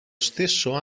stesso